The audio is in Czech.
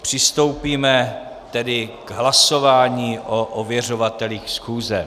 Přistoupíme tedy k hlasování o ověřovatelích schůze.